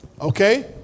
okay